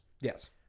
Yes